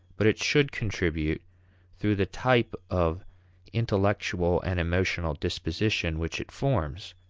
but it should contribute through the type of intellectual and emotional disposition which it forms